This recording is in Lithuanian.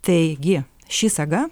taigi ši saga